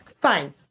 fine